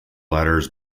letters